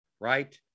Right